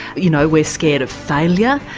you know, we're scared of failure.